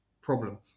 problem